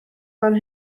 fan